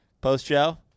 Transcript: post-show